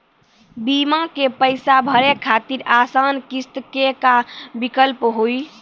बीमा के पैसा भरे खातिर आसान किस्त के का विकल्प हुई?